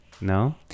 no